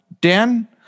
Dan